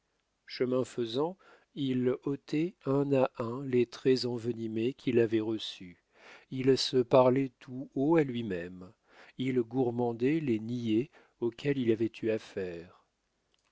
chemin faisant il ôtait un à un les traits envenimés qu'il avait reçus il se parlait tout haut à lui-même il gourmandait les niais auxquels il avait eu affaire